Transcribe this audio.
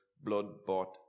blood-bought